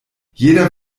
jeder